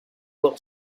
will